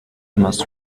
must